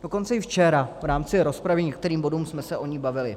Dokonce i včera v rámci rozpravy k některým bodům jsme se o nich bavili.